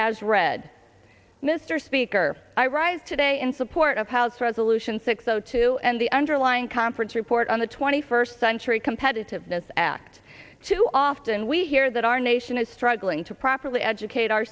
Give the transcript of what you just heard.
as read mr speaker i rise today in support of house resolution six o two and the underlying conference report on the twenty first century competitiveness act too often we hear that our nation is struggling to properly educate our